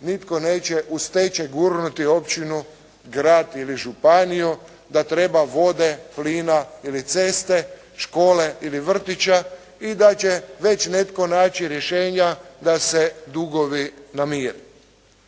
nitko neće u stečaj gurnuti općinu, grad ili županiju da treba vode, plina ili ceste, škole ili vrtića i da će već netko naći rješenja da se dugovi namire.